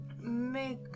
make